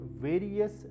various